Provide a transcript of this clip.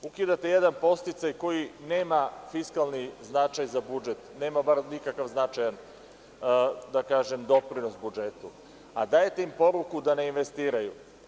Ukidate jedan podsticaj koji nema fiskalni značaj za budžet, nema bar nikakav značajan doprinos budžetu, a dajete im poruku da ne investiraju.